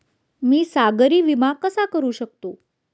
मी सागरी विमा कसा करू शकतो?